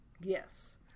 Yes